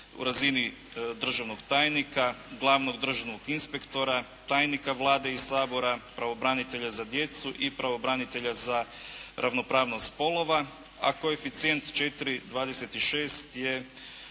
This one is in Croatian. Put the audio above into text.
u razini državnog tajnika, glavnog državnog inspektora, tajnika Vlade i Sabora, pravobranitelja za djecu i pravobranitelja za ravnopravnost spolova, a koeficijent 4,26 je